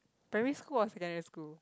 primary school or secondary school